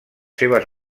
seves